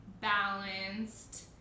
balanced